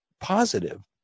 positive